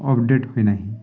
update ହୋଇନାହିଁ